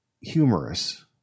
humorous